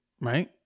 right